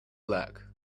luck